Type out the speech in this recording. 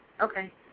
Okay